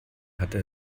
hatte